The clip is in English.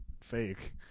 fake